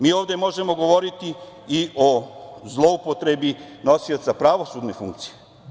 Mi ovde možemo govoriti i o zloupotrebi nosioca pravosudne funkcije.